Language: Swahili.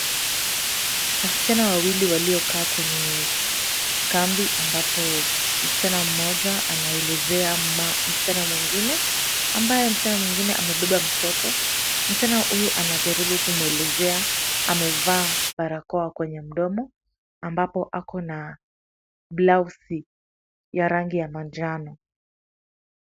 Wasichana wawili waliokaa kwenye kambi ambapo msichana mmoja anaelezea msichana mwingine ambaye amebeba mtoto. Msichana huyu anajaribu kumwelezea. Amevaa barakoa kwenye mdomo ambapo ako na [blausi] ya rangi ya manjano.